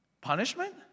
Punishment